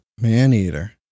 Maneater